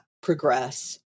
progress